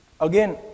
Again